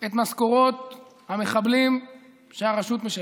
את משכורות המחבלים שהרשות משלמת.